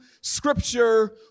scripture